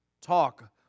talk